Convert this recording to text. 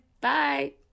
Bye